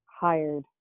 hired